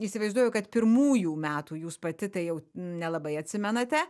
įsivaizduoju kad pirmųjų metų jūs pati tai jau nelabai atsimenate